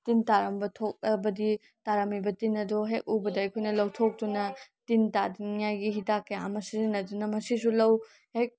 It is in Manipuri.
ꯇꯤꯟ ꯇꯥꯔꯝꯕ ꯊꯣꯛꯑꯕꯗꯤ ꯇꯥꯔꯝꯃꯤꯕ ꯇꯤꯟ ꯑꯗꯣ ꯍꯦꯛ ꯎꯕꯗ ꯑꯩꯈꯣꯏꯅ ꯂꯧꯊꯣꯛꯇꯨꯅ ꯇꯤꯟ ꯇꯥꯗꯅꯤꯉꯥꯏꯒꯤ ꯍꯤꯗꯥꯛ ꯀꯌꯥ ꯑꯃ ꯁꯤꯖꯤꯟꯅꯗꯨꯅ ꯃꯁꯤꯁꯨ ꯂꯧ ꯍꯦꯛ